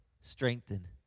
strengthen